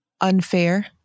unfair